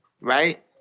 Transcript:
Right